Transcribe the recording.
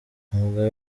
umugabo